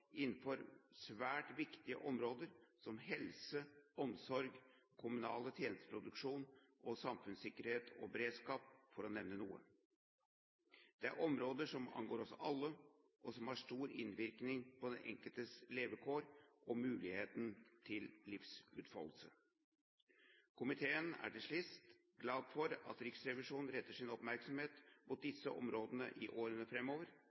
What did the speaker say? innenfor svært viktige områder som helse og omsorg, kommunal tjenesteproduksjon og samfunnssikkerhet og beredskap, for å nevne noen. Dette er områder som angår oss alle, og som har stor innvirkning på den enkeltes levekår og mulighet til livsutfoldelse. Til slutt: Komiteen er glad for at Riksrevisjonen retter sin oppmerksomhet mot disse områdene i årene